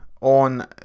on